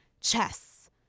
chess